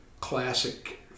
classic